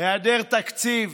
היעדר תקציב